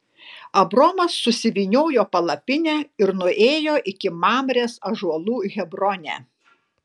abromas susivyniojo palapinę ir nuėjo iki mamrės ąžuolų hebrone